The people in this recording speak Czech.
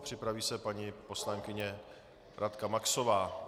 Připraví se paní poslankyně Radka Maxová.